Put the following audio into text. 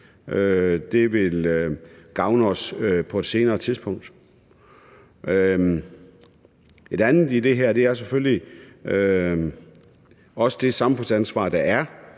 Det vil gavne os på et senere tidspunkt. Noget andet i det her er selvfølgelig også det samfundsansvar, der er